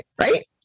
right